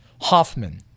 Hoffman